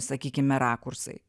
sakykime rakursai